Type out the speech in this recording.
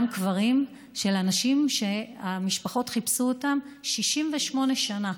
קברים של אנשים שהמשפחות חיפשו 68 שנה.